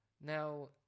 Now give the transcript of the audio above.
now